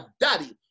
daddy